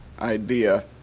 idea